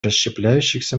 расщепляющихся